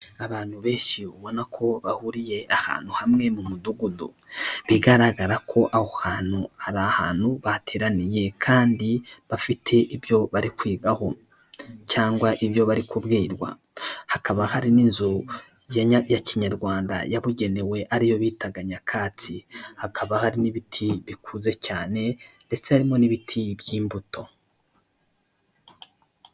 Abantu benshi ubona ko bahuriye ahantu hamwe mu mudugudu, bigaragara ko aho hantu ari ahantu bateraniye kandi bafite ibyo bari kwigaho cyangwa ibyo bari kubwirwa, hakaba hari n'inzu ya Kinyarwanda yabugenewe ariyo bitaga nyakatsi, hakaba hari n'ibiti bikuze cyane ndetse harimo n'ibiti by'imbuto.